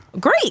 Great